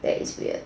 that is weird